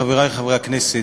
חברי חברי הכנסת,